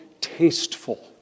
tasteful